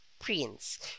prince